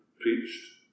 preached